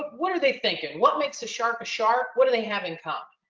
what are they thinking? what makes a shark a shark? what do they have in common?